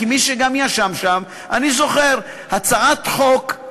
כמי שגם ישב שם אני זוכר הצעת חוק,